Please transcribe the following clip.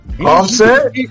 Offset